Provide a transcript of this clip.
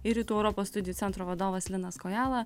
ir rytų europos studijų centro vadovas linas kojala